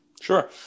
Sure